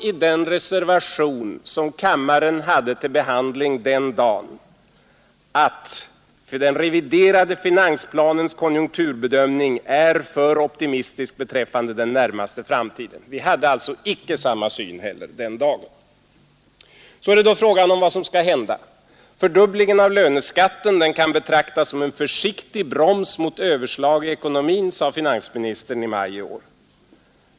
I den reservation som kammaren hade till behandling den dagen stod att den reviderade finansplanens konjunkturbedömning var alltför optimistisk beträffande den närmaste framtiden. Vi hade alltså inte samma syn heller denna dag. Det är nu fråga om vad som skall hända. ”Fördubblingen av löneskatten kan betraktas som en försiktig broms mot överslag i ekonomin” sade finansministern i maj i år.